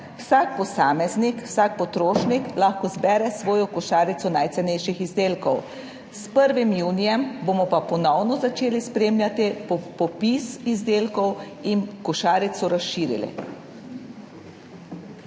vsak posameznik, vsak potrošnik lahko izbere svojo košarico najcenejših izdelkov. S 1. junijem bomo pa ponovno začeli spremljati popis izdelkov in košarico razširili.